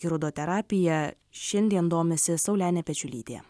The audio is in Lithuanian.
hirudoterapija šiandien domisi saulenė pečiulytė